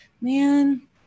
man